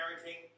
parenting